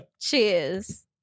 Cheers